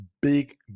big